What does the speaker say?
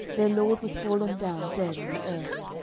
their lord was fallen down dead on the earth.